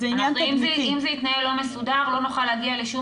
אם זה יתנהל לא מסודר לא נוכל להגיע לשום